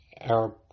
Arab